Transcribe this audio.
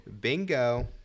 Bingo